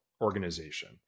organization